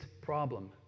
problem